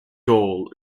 goal